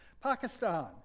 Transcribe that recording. Pakistan